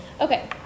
okay